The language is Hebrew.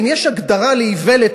אם יש הגדרה לאיוולת,